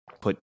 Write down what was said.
put